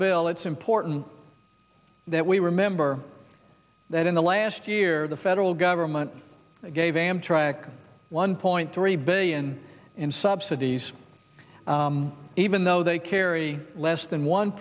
bill it's important that we remember that in the last year the federal government gave amtrak one point three billion in subsidies even though they carry less than one